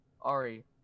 Ari